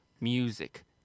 music